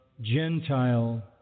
Gentile